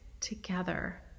together